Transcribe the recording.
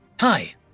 Hi